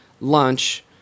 lunch